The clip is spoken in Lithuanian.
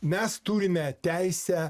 mes turime teisę